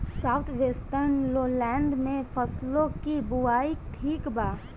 South western lowland में फसलों की बुवाई ठीक बा?